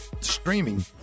streaming